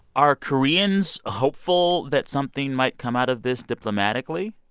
are koreans hopeful that something might come out of this diplomatically,